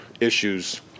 issues